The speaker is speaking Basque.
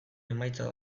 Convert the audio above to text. emaitza